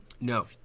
No